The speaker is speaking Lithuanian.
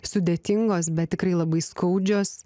sudėtingos bet tikrai labai skaudžios